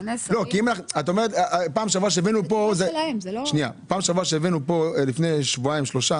את אומרת, פעם שעברה שהבאנו פה לפני שבועיים שלושה